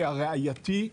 הראייתי וכו',